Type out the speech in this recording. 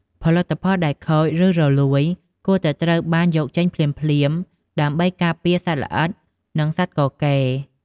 ផលិតផលដែលខូច ឬរលួយ គួរតែត្រូវបានយកចេញភ្លាមៗ ដើម្បីការពារសត្វល្អិត និងសត្វកកេរ។